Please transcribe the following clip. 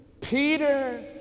Peter